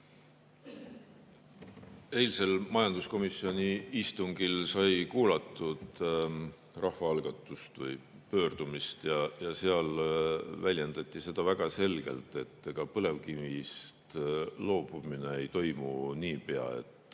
Eilsel majanduskomisjoni istungil sai kuulatud rahvaalgatust või pöördumist ja seal väljendati väga selgelt, et ega põlevkivist loobumist ei toimu nii pea.